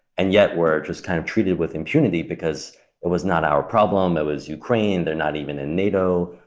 and yet, were just kind of treated with impunity because it was not our problem, it was ukraine's. they're not even in nato.